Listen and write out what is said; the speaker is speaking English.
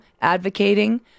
advocating